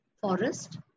forest